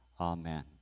Amen